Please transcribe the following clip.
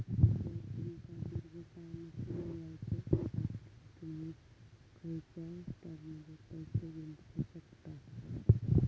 जर तुमका दीर्घकाळ नफो मिळवायचो आसात तर तुम्ही खंयच्याव स्टॉकमध्ये पैसे गुंतवू शकतास